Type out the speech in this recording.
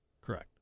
Correct